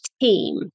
team